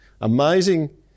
Amazing